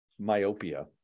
myopia